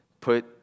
put